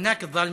(אומר משפט בערבית.)